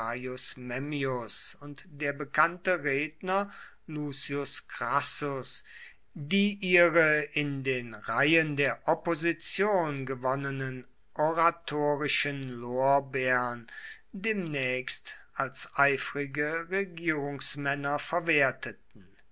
und der bekannte redner lucius crassus die ihre in den reihen der opposition gewonnenen oratorischen lorbeern demnächst als eifrige regierungsmänner verwerteten